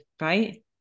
right